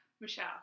Michelle